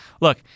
Look